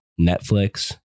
Netflix